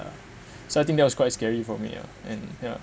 so I think that was quite scary for me ya and ya